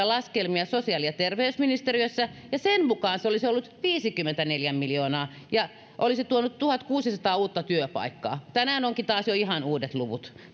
laskelmia sosiaali ja terveysministeriössä ja niiden mukaan se olisi ollut viisikymmentäneljä miljoonaa ja olisi tuonut tuhatkuusisataa uutta työpaikkaa tänään onkin taas jo ihan uudet luvut